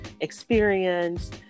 experience